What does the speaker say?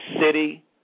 city